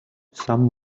some